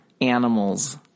animals